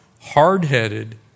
hard-headed